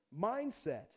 mindset